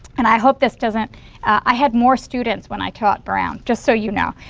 and i hope this doesn't i had more students when i taught brown, just so you know,